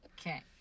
Okay